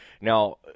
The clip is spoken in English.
now